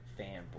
fanboy